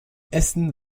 essen